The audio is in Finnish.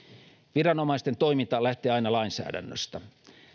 viranomaisten toiminta lähtee aina lainsäädännöstä